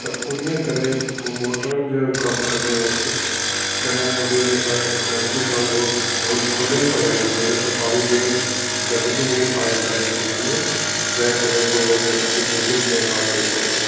त उन करे उहे मोटरनि जो कमु कंदे वक़्तु कॾहिं उनमें के ग़लती सां उहा होल खुलियल तो रहिजी वञे त पाणी मेन गंदगी मेन पाइपलाइन में थी वञे जंहिं करे उहो वरी असांजी टूटीनि में पाणी अचे थो